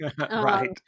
Right